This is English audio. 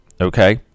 okay